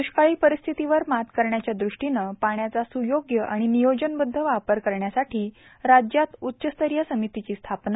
द्ष्काळी परिस्थितीवर मात करण्याच्या दृष्टीने पाण्याचा स्योग्य आणि नियोजनबध्द वापर करण्यासाठी राज्यात उच्चस्तरीय समितीची स्थापना